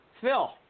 Phil